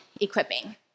equipping